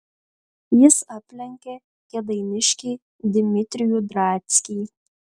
jis aplenkė kėdainiškį dimitrijų drackį